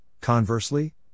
conversely